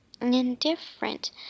Indifferent